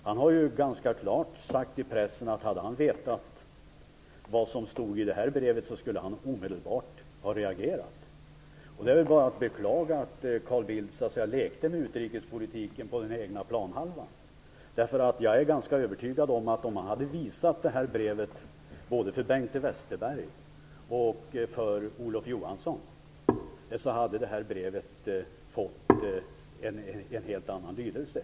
Han har ganska klart sagt till pressen att om han hade vetat vad som stod i brevet, skulle han omedelbart ha reagerat. Det är bara att beklaga att Carl Bildt så att säga lekte med utrikespolitiken på sin egen planhalva. Jag är ganska övertygad om att om han hade visat det här brevet både för Bengt Westerberg och för Olof Johansson, hade det fått en helt annan lydelse.